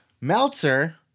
Meltzer